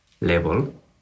level